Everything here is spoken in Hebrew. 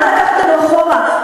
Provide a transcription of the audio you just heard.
למה לקחת אותנו אחורה?